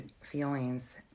feelings